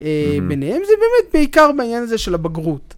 ביניהם זה באמת בעיקר בעניין הזה של הבגרות.